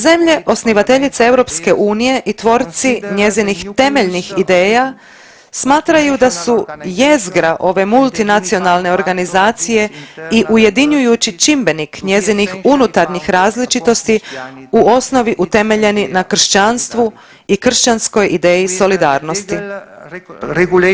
Zemlje osnivateljice EU i tvorci njezinih temeljnih ideja smatraju da su jezgra ove multinacionalne organizacije i ujedinjujući čimbenik njezinih unutarnjih različitosti u osnovi utemeljeni na kršćanstvu i kršćanskoj ideji solidarnosti.